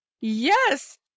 yes